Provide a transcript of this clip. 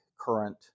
current